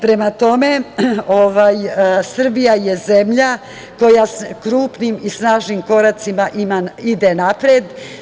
Prema tome, Srbija je zemlja koja krupnim i snažnim koracima ide napred.